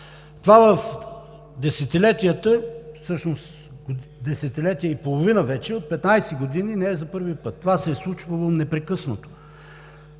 Това в десетилетията, всъщност десетилетие и половина вече –от 15 години, не е за първи път. Това се е случвало непрекъснато.